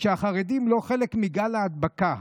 כשהחרדים לא חלק מגל ההדבקה,